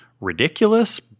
ridiculous